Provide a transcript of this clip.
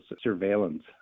surveillance